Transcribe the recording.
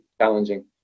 challenging